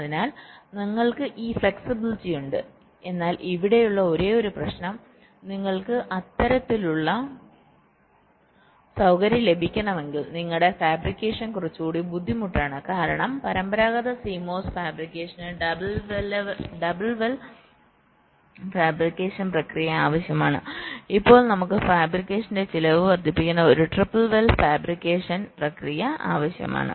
അതിനാൽ നിങ്ങൾക്ക് ഈ ഫ്ലെക്സിബിലിറ്റി ഉണ്ട് എന്നാൽ ഇവിടെയുള്ള ഒരേയൊരു പ്രശ്നം നിങ്ങൾക്ക് ഇത്തരത്തിലുള്ള ഒരു സൌകര്യം ലഭിക്കണമെങ്കിൽ നിങ്ങളുടെ ഫാബ്രിക്കേഷൻ കുറച്ചുകൂടി ബുദ്ധിമുട്ടാണ് കാരണം പരമ്പരാഗത CMOS ഫാബ്രിക്കേഷന് ഡബിൾ വെൽ ഫാബ്രിക്കേഷൻ പ്രക്രിയ ആവശ്യമാണ് ഇപ്പോൾ നമുക്ക് ഫാബ്രിക്കേഷന്റെ ചിലവ് വർദ്ധിപ്പിക്കുന്ന ഒരു ട്രിപ്പിൾ വെൽ ഫാബ്രിക്കേഷൻ പ്രക്രിയ ആവശ്യമാണ്